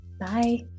Bye